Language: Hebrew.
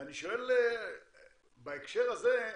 אני שואל בהקשר הזה,